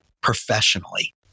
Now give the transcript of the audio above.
professionally